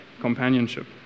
companionship